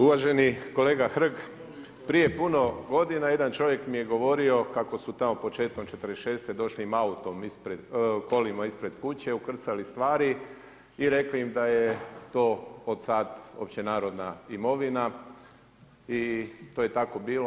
Uvaženi kolega Hrg, prije puno godina jedan čovjek mi je govorio kako su tamo početkom '46. došli kolima ispred kuće, ukrcali stvari i rekli im da je to od sada općenarodna imovina i to je tako bilo.